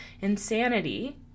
insanity